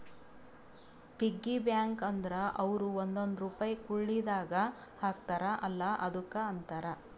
piggy bank ಅಂದುರ್ ಅವ್ರು ಒಂದೊಂದ್ ರುಪೈ ಕುಳ್ಳಿದಾಗ ಹಾಕ್ತಾರ ಅಲ್ಲಾ ಅದುಕ್ಕ ಅಂತಾರ